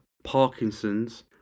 parkinson's